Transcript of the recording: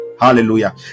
hallelujah